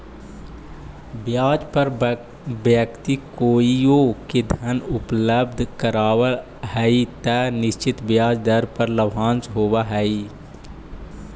ब्याज पर व्यक्ति कोइओ के धन उपलब्ध करावऽ हई त निश्चित ब्याज दर पर लाभांश होवऽ हई